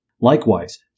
Likewise